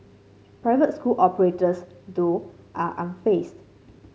private school operators though are unfazed